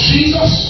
Jesus